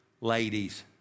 Ladies